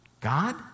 God